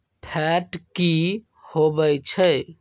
Fat की होवछै?